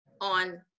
on